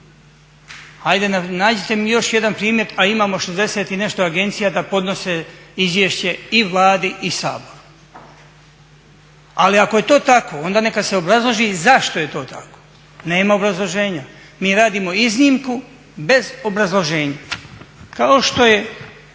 Ajde nađite mi još jedan primjer, a imamo 60 i nešto agencija da podnose izvješće i Vladi i Saboru? Ali ako je to tako, onda neka se obrazloži i zašto je to tako? nema obrazloženja. Mi radimo iznimku bez obrazloženja. Kao što je